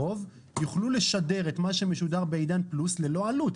יוכלו לשדר את מה שמשודר בעידן פלוס ללא עלות.